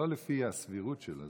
לא לפי הסבירות שלו.